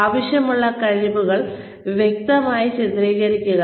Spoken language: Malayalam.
ആവശ്യമുള്ള കഴിവുകൾ വ്യക്തമായി ചിത്രീകരിക്കുക